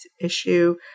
issue